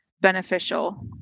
beneficial